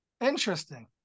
interesting